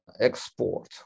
Export